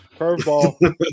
Curveball